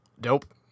Dope